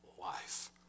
life